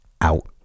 out